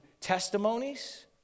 testimonies